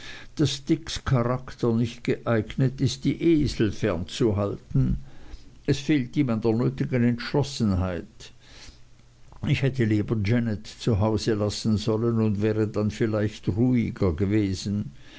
daß dicks charakter nicht geeignet ist die esel fern zu halten es fehlt ihm an der nötigen entschlossenheit ich hätte lieber janet zu hause lassen sollen und wäre dann vielleicht ruhiger gewesen